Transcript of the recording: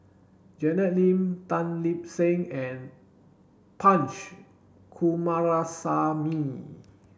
Janet Lim Tan Lip Seng and Punch Coomaraswamy